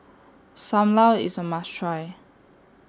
SAM Lau IS A must Try